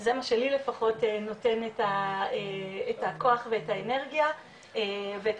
זה מה שלי לפחות נותן את הכוח ואת האנרגיה ואת